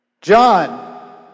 John